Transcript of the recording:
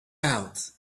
out